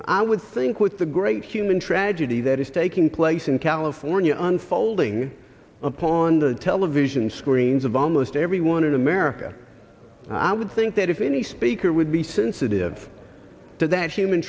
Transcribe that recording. i would think with the great human tragedy that is taking place in california unfolding upon the television screens of almost everyone in america i would think that if any speaker would be sensitive to that human